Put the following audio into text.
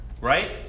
right